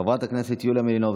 חברת הכנסת יוליה מלינובסקי,